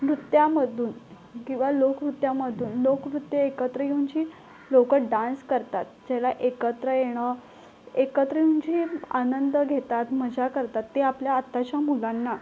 नृत्यामधून किंवा लोकनृत्यामधून लोकनृत्य एकत्र येऊन जी लोकं डांस करतात ज्याला एकत्र येणं एकत्र येऊन जे आनंद घेतात मजा करतात ते आपल्या आताच्या मुलांना